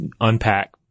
unpack